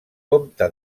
comte